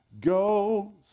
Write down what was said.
Go